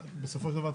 בסופו של דבר,